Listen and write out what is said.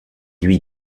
lui